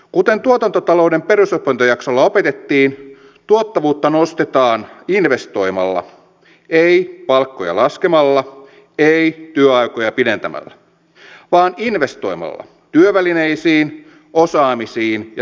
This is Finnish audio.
kuten tuotantotalouden perusopintojaksolla opetettiin tuottavuutta nostetaan investoimalla ei palkkoja laskemalla ei työaikoja pidentämällä vaan investoimalla työvälineisiin osaamisiin ja toimintatapoihin